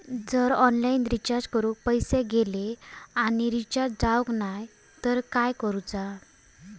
जर online recharge करून पैसे गेले आणि रिचार्ज जावक नाय तर काय करूचा?